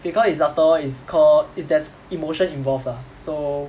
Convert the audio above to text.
because it's after all it's call is there's emotion involved lah so